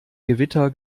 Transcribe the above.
gewitter